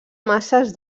masses